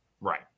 Right